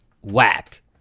Whack